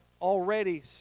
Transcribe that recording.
already